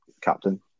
Captain